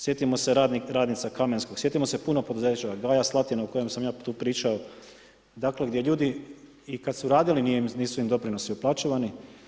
Sjetimo se radnica Kamenskog, sjetimo je puno poduzeća GAJ-a Slatina o kojem sam ja tu pričao dakle gdje ljudi i kad su radili nisu im doprinosi uplaćivani.